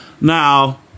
Now